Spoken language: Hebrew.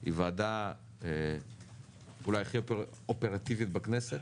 היא הוועדה אולי הכי אופרטיבית בכנסת,